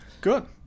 Good